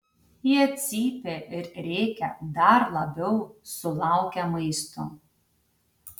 jie cypia ir rėkia dar labiau sulaukę maisto